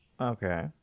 Okay